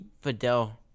Fidel